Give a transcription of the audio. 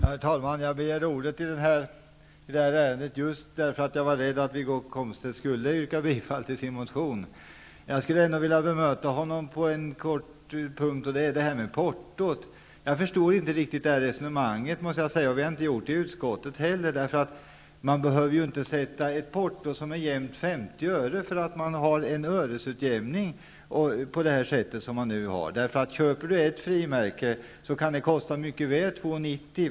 Herr talman! Jag begärde ordet i det här ärendet just därför att jag var rädd att Wiggo Komstedt skulle yrka bifall till sin motion. Jag skall bemöta Wiggo Komstedt på en punkt, och det gäller resonemanget om porton. Jag förstår inte riktigt Wiggo Komstedts resonemang, och det har vi inte heller gjort i utskottet. Man behöver ju inte sätta ett porto som är jämt 50 öre, därför att vi har en öresutjämning på det sätt som vi nu har haft. Ett frimärke kan kosta 2,90 kr.